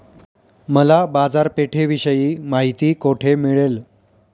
मला बाजारपेठेविषयी माहिती कोठे मिळेल?